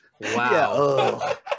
Wow